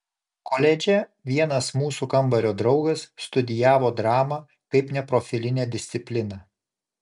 koledže vienas mūsų kambario draugas studijavo dramą kaip neprofilinę discipliną